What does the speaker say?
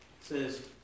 says